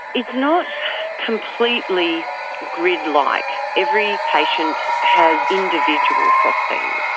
it's not completely grid-like. every patient has individual phosphines.